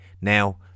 now